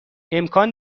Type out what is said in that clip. امکان